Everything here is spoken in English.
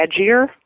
edgier